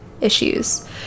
issues